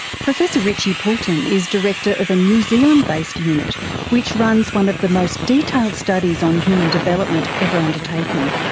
professor richie poulton is director of a new zealand based unit which runs one of the most detailed studies on human development ever undertaken.